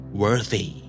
worthy